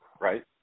right